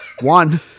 One